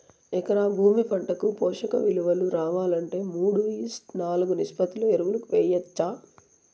ఎకరా భూమి పంటకు పోషక విలువలు రావాలంటే మూడు ఈష్ట్ నాలుగు నిష్పత్తిలో ఎరువులు వేయచ్చా?